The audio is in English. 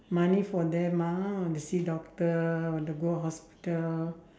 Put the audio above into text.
money for them ah want to see doctor want to go hospital